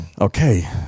Okay